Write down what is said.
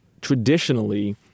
traditionally